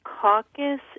caucus